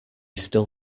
still